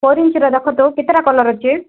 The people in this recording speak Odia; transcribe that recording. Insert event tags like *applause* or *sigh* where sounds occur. ପରି *unintelligible* ଇଞ୍ଚର ଦେଖୋ ତ କେତେଟା କଲର୍ ଅଛି